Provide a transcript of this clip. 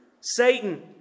Satan